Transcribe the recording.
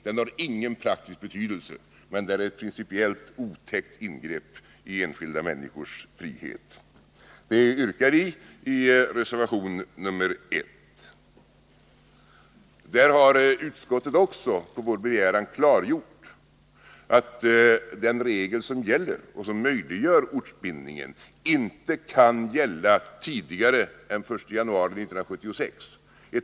Den har ingen praktisk betydelse, men är ett principiellt otäckt ingrepp i enskilda människors frihet. Det yrkar vi i reservation nr 1. På den punkten har utskottet på vår begäran klargjort att den regel som gäller och som möjliggör ortsbindningen inte kan gälla etableringar gjorda tidigare än den 1 januari 1976.